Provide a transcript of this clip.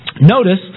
Notice